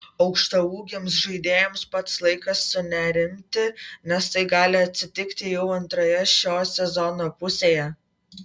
aukštaūgiams žaidėjams pats laikas sunerimti nes tai gali atsitikti jau antroje šio sezono pusėje